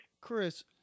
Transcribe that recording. Chris